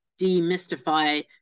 demystify